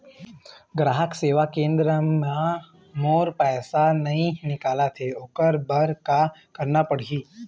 ग्राहक सेवा केंद्र म मोर पैसा नई निकलत हे, ओकर बर का करना पढ़हि?